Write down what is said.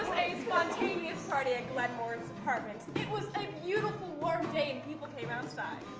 spontaneous party at glenmore's apartments. it was a beautiful warm day, people came outside.